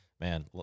Man